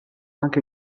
anche